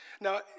Now